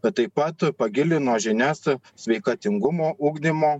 bet taip pat pagilino žinias sveikatingumo ugdymo